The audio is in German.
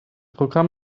programm